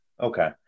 okay